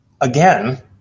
again